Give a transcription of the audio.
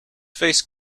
face